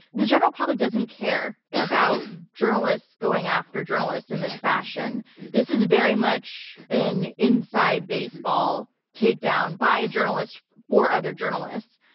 the general public doesn't care about journalists going after journalists in this fashion. this is very much an inside baseball takedown by a journalist for other journalists.